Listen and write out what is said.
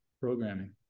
programming